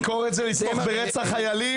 ביקורת זה לתמוך בטרור,